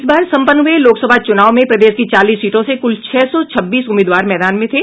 इस बार संपन्न हुये लोकसभा चुनाव में प्रदेश की चालीस सीटों से कुल छह सौ छब्बीस उम्मीदवार मैदान में थे